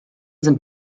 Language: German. sind